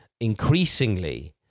increasingly